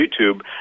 YouTube